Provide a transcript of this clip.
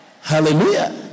Hallelujah